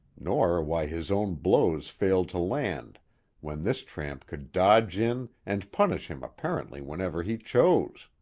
nor why his own blows failed to land when this tramp could dodge in and punish him apparently whenever he chose.